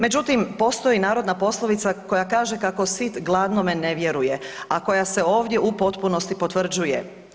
Međutim, postoji narodna poslovica koja kaže kako sit gladnome ne vjeruje, a koja se ovdje u potpunosti potvrđuje.